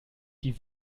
die